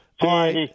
Bye